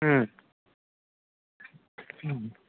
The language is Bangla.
হুম হুম